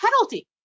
penalty